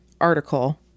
article